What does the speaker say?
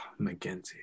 McGinty